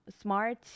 smart